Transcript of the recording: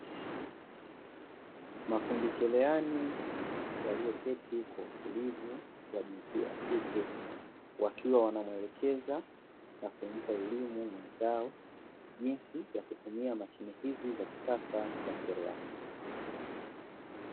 Mafundi cherehani walioketi kwa utulivu, wa jinsia ya kike, wakiwa wanamuelekeza na kumpa elimu mwenzao, jinsi ya kutumia mashine hizi za kisasa za cherehani.